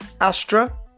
Astra